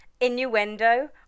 innuendo